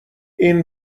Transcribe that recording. این